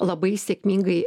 labai sėkmingai